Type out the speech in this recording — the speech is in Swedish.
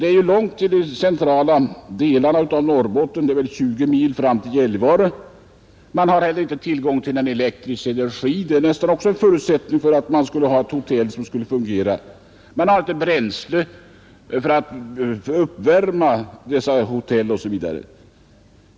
Det är långt till de centrala delarna av Norrbotten; 20 mil till Gällivare. Man har inte tillgång till elektrisk energi, vilket också är en förutsättning för att ett hotell skall kunna fungera. Vidare saknar man bränsle för att uppvärma hotell osv.